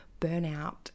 burnout